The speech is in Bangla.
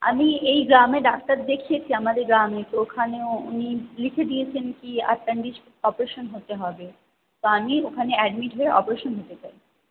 আমি এই গ্রামে ডাক্তার দেখিয়েছি আমাদের গ্রামে তো ওখানেও উনি লিখে দিয়েছেন কি অ্যাপেণ্ডিক্স অপারেশন হতে হবে তো আমি ওখানে অ্যাডমিট হয়ে অপারেশন হতে চাই